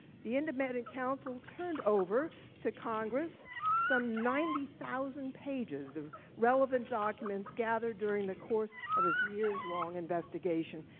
the and um and and counsel turned over to congress some ninety thousand pages of relevant documents gathered during the course of his years long investigation.